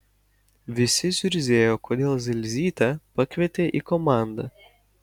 visi zurzėjo kodėl dzelzytę pakvietė į komandą